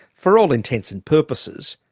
for all intents and purposes,